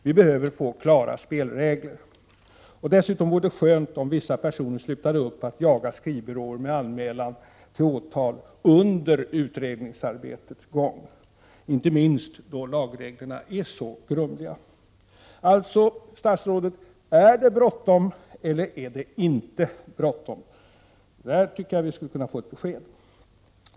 Vi behöver få klara spelregler. Dessutom vore det skönt om vissa personer slutade upp med att jaga skrivbyråer med anmälningar till åtal under detta utredningsarbetes gång — inte minst eftersom lagreglerna är så grumliga. Alltså statsrådet: Är det bråttom eller är det inte bråttom? På den punkten tycker jag att vi skulle kunna få ett besked.